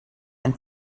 and